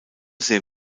sehr